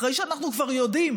אחרי שאנחנו כבר יודעים